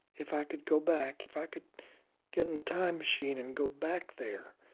if i could go back, if i could get in a time machine and go back there